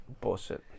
Bullshit